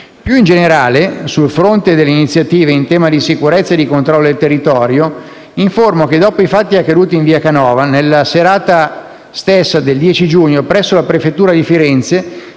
Più in generale, sul fronte delle iniziative in tema di sicurezza e di controllo del territorio, informo che, dopo i fatti accaduti in via Canova, nella stessa serata del 10 giugno presso la prefettura di Firenze